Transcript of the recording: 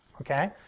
okay